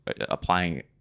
applying